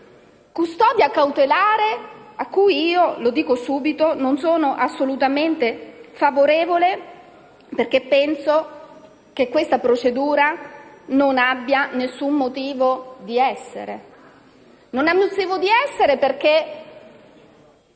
custodia cautelare a cui - lo dico subito - non sono assolutamente favorevole, perché penso che questa procedura non abbia nessun motivo di essere. Non ha motivo di essere perché